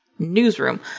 newsroom